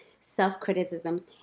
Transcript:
self-criticism